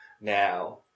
now